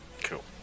Cool